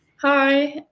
hi,